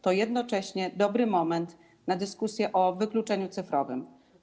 To jednocześnie dobry moment na dyskusję o wykluczeniu cyfrowym.